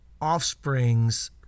offspring's